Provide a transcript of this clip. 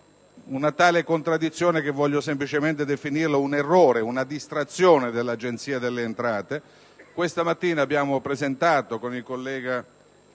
una tale contraddizione che voglio semplicemente definirlo un errore, una distrazione dell'Agenzia delle entrate. Questa mattina con i colleghi